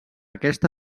aquesta